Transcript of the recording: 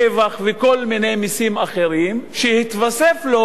מכירה ומס שבח וכל מיני מסים אחרים, שהתווסף לו,